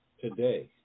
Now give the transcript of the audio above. today